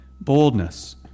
boldness